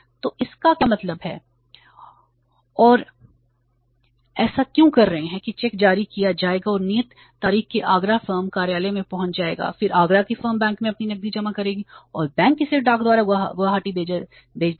तो इसका क्या मतलब है और वे ऐसा क्यों कर रहे हैं कि चेक जारी किया जाएगा और नियत तारीख के आगरा फर्म कार्यालय में पहुंच जाएगा फिर आगरा की फर्म बैंक में अपनी नकदी जमा करेगी और बैंक इसे डाक द्वारा गुवाहाटी भेज देगा